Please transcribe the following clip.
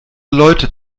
leute